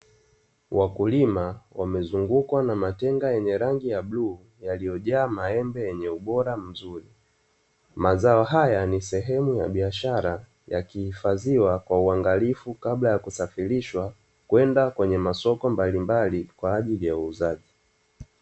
Wakulima wamezungukwa na matenga yenye rangi ya bluu yaliyojaa maembe yenye ubora mzuri. Mazao haya ni sehemu ya biashara yakihifadhiwa kwa uangalifu kabla ya kusafirishwa, kwenda kwenye masoko mbalimbali kwa ajili ya uuzaji.